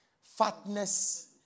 fatness